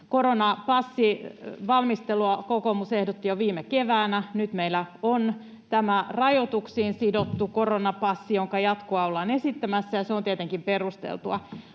Koronapassivalmistelua kokoomus ehdotti jo viime keväänä. Nyt meillä on tämä rajoituksiin sidottu koronapassi, jonka jatkoa ollaan esittämässä, ja se on tietenkin perusteltua.